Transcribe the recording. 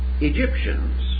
Egyptians